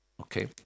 Okay